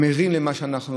הם ערים למה שאנחנו מעלים.